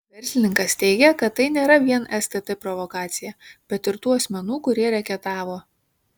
verslininkas teigė kad tai nėra vien stt provokacija bet ir tų asmenų kurie reketavo